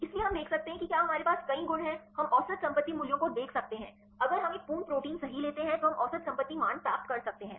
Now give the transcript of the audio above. इसलिए हम देख सकते हैं कि क्या हमारे पास कई गुण हैं हम औसत संपत्ति मूल्यों को देख सकते हैं अगर हम एक पूर्ण प्रोटीन सही लेते हैं तो हम औसत संपत्ति मान प्राप्त कर सकते हैं